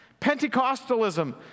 Pentecostalism